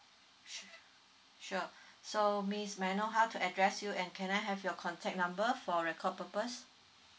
sure sure so miss may I know how to address you and can I have your contact number for record purpose